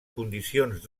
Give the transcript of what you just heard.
condicions